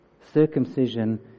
Circumcision